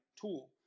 tool